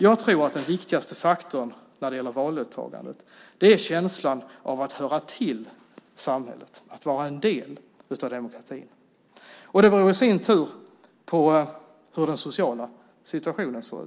Jag tror att den viktigaste faktorn när det gäller valdeltagandet är känslan av att höra till samhället, att vara en del av demokratin. Det beror i sin tur på hur den sociala situationen ser ut.